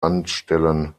anstellen